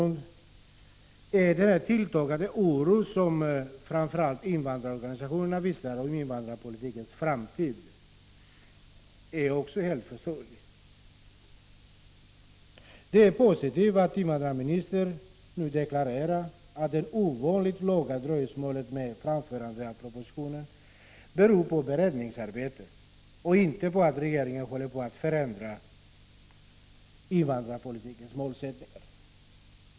Det är därför positivt att regeringen nu anger den definitiva tidpunkten för propositionens framläggande till mars nästa år. Det är även glädjande att invandrarministern förklarar att det ovanligt långa dröjsmålet med framläggandet av propositionen beror på beredningsarbetet och inte på att regeringen håller på att förändra invandrarpolitikens målsättningar.